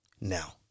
Now